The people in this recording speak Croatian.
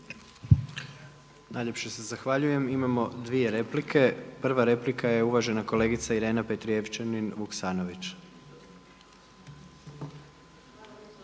Najljepše se zahvaljujem. Imamo dvije replike. Prva replika je uvažena kolegica Irena Petrijevčanin Vuksanović.